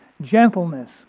gentleness